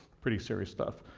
pretty serious stuff.